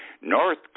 North